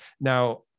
Now